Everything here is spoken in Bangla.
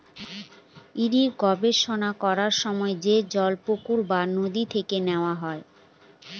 ইরিগেশন করার সময় যে জল পুকুর বা নদী থেকে নেওয়া হয়